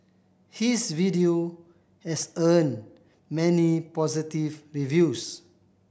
his video has earned many positive reviews